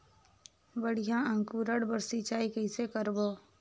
बढ़िया अंकुरण बर सिंचाई कइसे करबो?